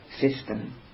system